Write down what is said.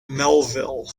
melville